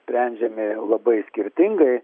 sprendžiami labai skirtingai